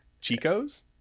chico's